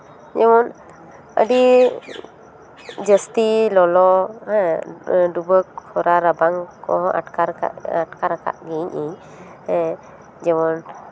ᱡᱮᱢᱚᱱ ᱟᱹᱰᱤ ᱡᱟᱹᱥᱛᱤ ᱞᱚᱞᱚ ᱦᱮᱸ ᱰᱩᱵᱟᱹ ᱠᱷᱚᱨᱟ ᱨᱟᱵᱟᱝ ᱠᱚᱦᱚᱸ ᱟᱴᱠᱟᱨ ᱠᱟᱫ ᱟᱴᱠᱟᱨ ᱟᱠᱟᱫ ᱜᱤᱭᱟᱹᱧ ᱦᱮᱸ ᱡᱮᱢᱚᱱ